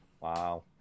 wow